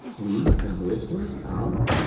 we, and nuestros, our,